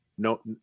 No